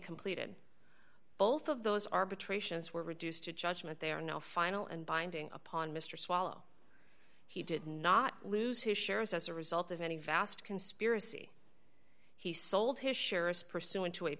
completed both of those arbitrations were reduced to judgment they are no final and binding upon mr swallow he did not lose his shares as a result of any vast conspiracy he sold his shares pursu